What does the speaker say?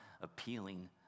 appealing